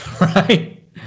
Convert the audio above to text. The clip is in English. right